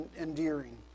endearing